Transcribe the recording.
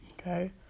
Okay